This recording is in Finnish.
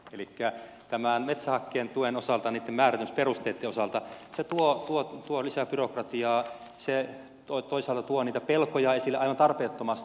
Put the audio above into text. elikkä tämän metsähakkeen tuen osalta niitten määräytymisperusteitten osalta se tuo lisää byrokratiaa se toisaalta tuo niitä pelkoja esille aivan tarpeettomasti